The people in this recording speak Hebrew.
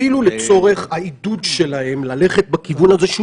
אפילו לצורך העידוד שלהם ללכת בכיוון הזה שהוא